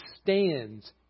stands